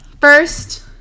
first